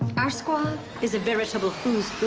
our squad is a veritable